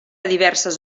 diverses